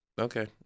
okay